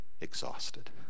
exhausted